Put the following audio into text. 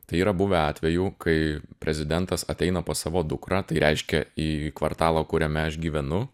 tai yra buvę atvejų kai prezidentas ateina pas savo dukrą tai reiškia į kvartalą kuriame aš gyvenu